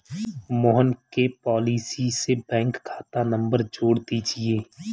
मोहन के पॉलिसी से बैंक खाता नंबर जोड़ दीजिए